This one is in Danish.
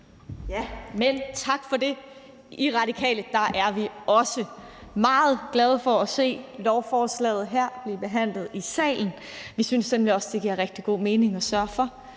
(RV): Tak for det. I Radikale er vi også meget glade for at se lovforslaget her blive behandlet i salen. Vi synes nemlig også, det giver rigtig god mening at sørge for,